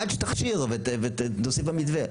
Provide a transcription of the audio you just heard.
עד שתכשיר ונוסיף במתווה,